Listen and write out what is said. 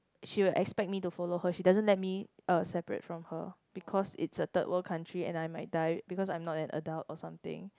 she will expect me to follow her she doesn't let me uh separate from her because it's a third world country and I might die because I'm like not an adult or something